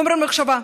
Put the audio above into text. חומר למחשבה.